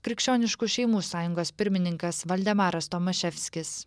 krikščioniškų šeimų sąjungos pirmininkas valdemaras tomaševskis